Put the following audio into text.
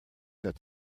that